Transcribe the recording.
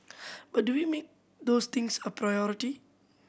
but do we make those things a priority